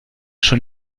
schon